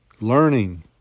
learning